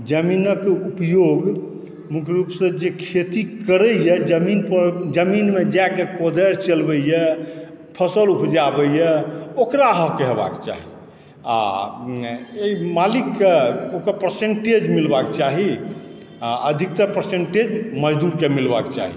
जमीनक उपयोग मुख्य रूपसँ जे खेती करय यऽ जमीन पर जमीनमे जए कऽ कोदारि चलबयए फसल उपजाबयए ओकरा हक हेबाक चाहि आ ई मालिककेँ ओकर परसेन्टेज मिलबाक चाही आ अधिकतर परसेन्टेज मजदूरकेँ मिलबाक चाही